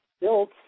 built